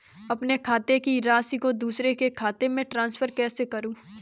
अपने खाते की राशि को दूसरे के खाते में ट्रांसफर कैसे करूँ?